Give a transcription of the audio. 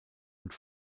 und